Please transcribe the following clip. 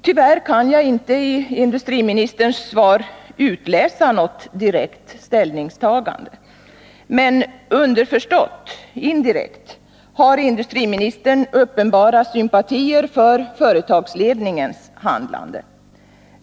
Tyvärr kan jag inte i industriministerns svar utläsa något direkt ställningstagande. Men underförstått och indirekt har industriministern uppenbara sympatier för företagsledningens handlande.